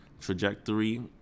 trajectory